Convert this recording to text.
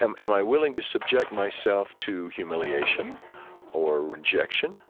am am i willing to subject myself to humiliation or rejection